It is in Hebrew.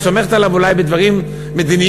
היא סומכת עליו אולי בדברים מדיניים